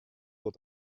uhr